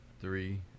three